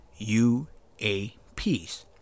UAPs